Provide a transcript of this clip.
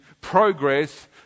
progress